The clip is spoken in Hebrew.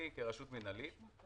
אני כרשות מינהלית,